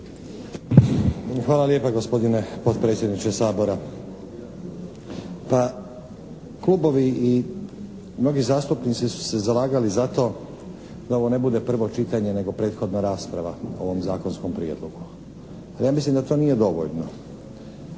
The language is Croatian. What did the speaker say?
Hvala lijepa gospodine potpredsjedniče Sabora. Pa, klubovi i mnogi zastupnici su se zalagali za to da ovo ne bude prvo čitanje nego prethodna rasprava o ovom zakonskom prijedlogu. Ja mislim da to nije dovoljno.